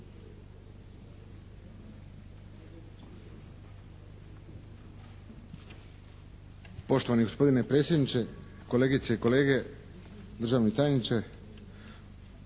Poštovani gospodine predsjedniče, kolegice i kolege, državni tajniče!